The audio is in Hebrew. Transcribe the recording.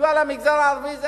סיוע למגזר הערבי,